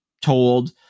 told